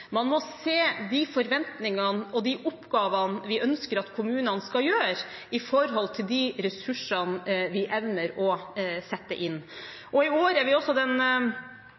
Man må se de forventningene og de oppgavene vi ønsker at kommunene skal gjøre, i forhold til de ressursene vi evner å sette inn. I år er vi også i den